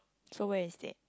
so where is that